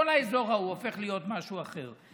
כל האזור ההוא הופך להיות משהו אחר.